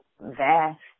vast